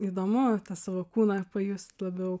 įdomu tą savo kūną pajust labiau